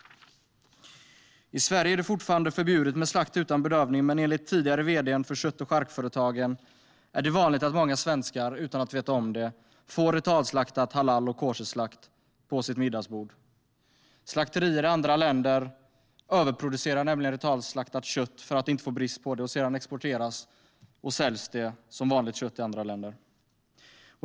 I Sverige är det fortfarande förbjudet med slakt utan bedövning, men enligt tidigare vd:n för Kött och charkföretagen är det vanligt att många svenskar, utan att veta om det, får ritualslaktat halal och koscherkött på sitt middagsbord. Slakterier i andra länder överproducerar nämligen ritualslaktat kött för att inte få brist på det, och sedan exporteras och säljs det som vanligt kött i andra länder.